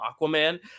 Aquaman